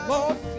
Lord